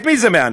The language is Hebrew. את מי זה מעניין?